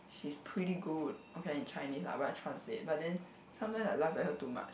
she's pretty good okay lah in Chinese lah but I translate but then sometimes I laugh at her too much